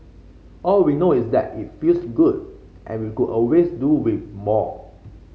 all we know is that it feels good and we could always do with more